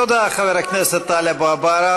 תודה, חבר הכנסת טלב אבו עראר.